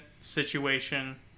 situation